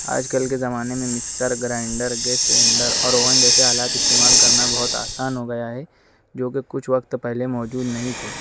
آج کل کے زمانے میں مکسر گرائنڈر گیس سلنڈر اور اوون جیسے آلات استعمال کرنا بہت آسان ہو گیا ہے جو کہ کچھ وقت پہلے موجود نہیں تھے